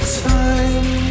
time